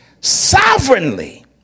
sovereignly